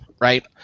right